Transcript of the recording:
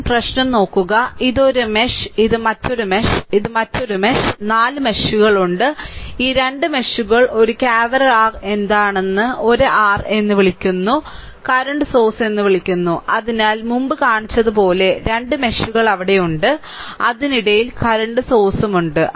ആദ്യം പ്രശ്നം നോക്കുക ഇത് 1 മെഷ് ഇത് മറ്റൊരു മെഷ് ഇത് മറ്റൊരു മെഷ് 4 മെഷുകൾ ഉണ്ട് ഈ 2 മെഷുകൾ 1 കാവെർ ആർ എന്താണ് 1 ആർ എന്ന് വിളിക്കുന്നത് കറന്റ് സോഴ്സ് എന്ന് വിളിക്കുന്നു അതിനാൽ മുമ്പ് കാണിച്ചതുപോലെ 2 മെഷുകൾ അവിടെയുണ്ട് അതിനിടയിൽ കറന്റ് സോഴ്സുണ്ട്